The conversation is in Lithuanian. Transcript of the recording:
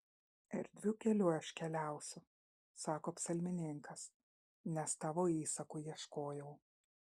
erdviu keliu aš keliausiu sako psalmininkas nes tavo įsakų ieškojau